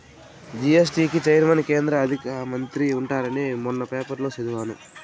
GST కి chairman కేంద్ర ఆర్థిక మంత్రి ఉంటారని మొన్న పేపర్లో చదివాను